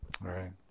right